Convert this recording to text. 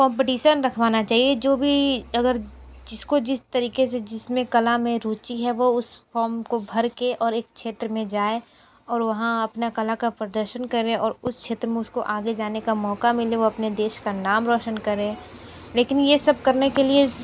competition रखवाना चाहिए जो भी अगर जिसको जिस तरीके से जिसमें कला में रूचि है वो उस फॉर्म को भर के और एक क्षेत्र में जाए और वहाँ अपना कला का प्रदर्शन करे और उस क्षेत्र में उसको आगे जाने का मौका मिले वो अपने देश का नाम रौशन करें लेकिन ये सब करने के लिए